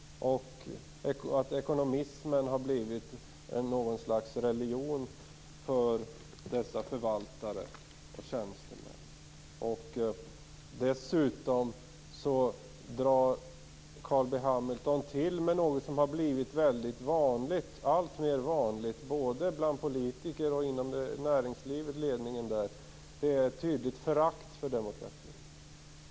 Ekonomism har blivit något slags religion för dessa förvaltare och tjänstemän. Carl B Hamilton drar till med något som har blivit alltmer vanligt både bland politiker och i ledningen för näringslivet. Det är ett tydligt förakt för demokratin.